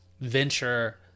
venture